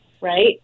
right